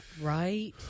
Right